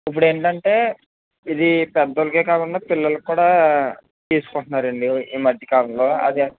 ఇప్పుడేటంటే ఇది పెద్దోళ్ళకే కాకుండా పిల్లలకి కూడా తీసుకుంటున్నారండీ ఈ మధ్య కాలంలో అదే